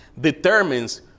determines